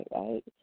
right